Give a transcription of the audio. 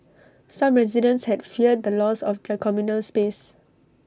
some residents had feared the loss of their communal space